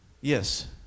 Yes